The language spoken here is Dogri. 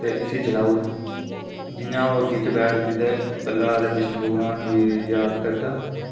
हिरणाकश्यप ने उसी आखेआ कि इस मुड़े गी गोदी च लै एह् भगवान गी मनदा ऐ मिगी नेईं मनदा ते उसी जलाई ओड़